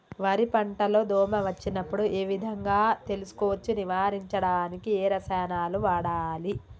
వరి పంట లో దోమ వచ్చినప్పుడు ఏ విధంగా తెలుసుకోవచ్చు? నివారించడానికి ఏ రసాయనాలు వాడాలి?